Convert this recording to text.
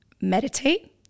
meditate